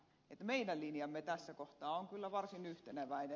meidän linjamme tässä kohtaa on kyllä varsin yhteneväinen